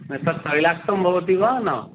एतत् पर्याप्तं भवति वा न